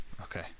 Okay